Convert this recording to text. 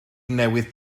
newydd